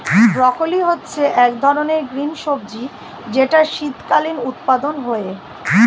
broccoli হচ্ছে এক ধরনের গ্রিন সবজি যেটার শীতকালীন উৎপাদন হয়ে